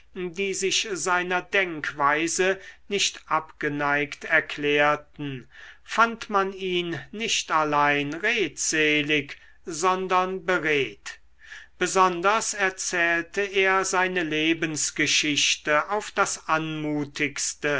die sich seiner denkweise nicht abgeneigt erklärten fand man ihn nicht allein redselig sondern beredt besonders erzählte er seine lebensgeschichte auf das anmutigste